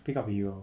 Pickupp Hero